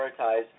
prioritize